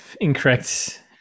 incorrect